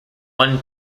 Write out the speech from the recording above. one